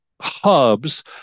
hubs